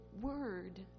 word